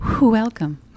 Welcome